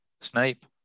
Snape